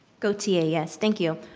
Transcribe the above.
gautier, yes thank you.